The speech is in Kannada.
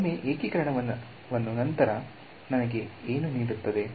ಒಮ್ಮೆ ಏಕೀಕರಣವನ್ನು ನಂತರ ನನಗೆ ಏನು ನೀಡುತ್ತದೆ